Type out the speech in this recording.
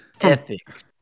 ethics